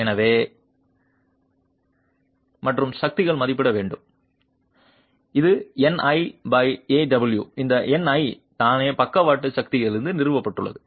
எனவே இங்கு மற்ற சக்தி நாம் மதிப்பிட வேண்டியது இது Ni A w இந்த Ni தானே பக்கவாட்டு சக்தியிலிருந்து நிறுவப்பட்டுள்ளது